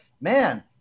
man